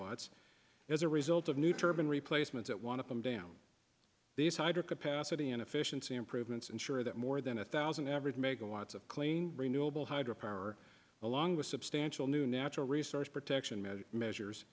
lot as a result of new turban replacements at one of them down the cider capacity and efficiency improvements ensure that more than a thousand average make a lots of clean renewable hydro power along with substantial new natural resource protection measures measures